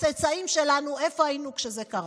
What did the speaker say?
ולצאצאים שלנו איפה היינו כשזה קרה.